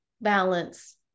balance